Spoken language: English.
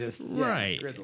Right